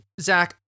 zach